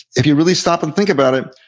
if you really stop and think about it,